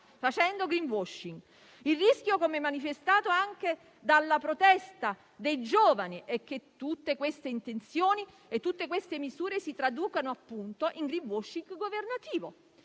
facendo *green washing*. Il rischio, come manifestato anche dalla protesta dei giovani, è che tutte queste intenzioni e tutte queste misure si traducano appunto in *green washing* governativo: